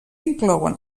inclouen